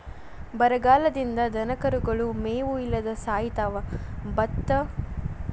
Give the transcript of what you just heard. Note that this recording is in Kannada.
ಬರಗಾಲದಿಂದ ದನಕರುಗಳು ಮೇವು ಇಲ್ಲದ ಸಾಯಿತಾವ ಮತ್ತ ಬರಗಾಲದಿಂದ ಕೆಟ್ಟ ರೋಗ ಬರ್ತೈತಿ